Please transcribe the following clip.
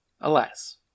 Alas